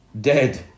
dead